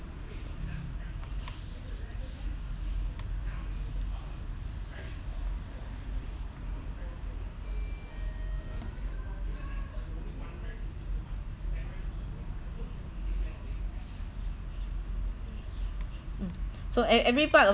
mm so at every part of